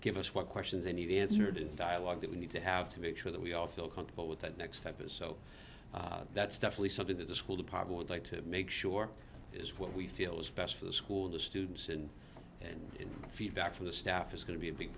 give us what questions they need answered in dialogue that we need to have to make sure that we all feel comfortable with that next episode that's definitely something that the school department like to make sure is what we feel is best for the school the students and feedback from the staff is going to be a big